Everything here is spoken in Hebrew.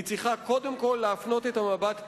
היא צריכה קודם כול להפנות את המבט פנימה,